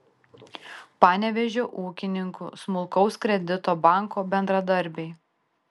panevėžio ūkininkų smulkaus kredito banko bendradarbiai